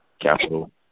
Capital